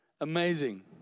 amazing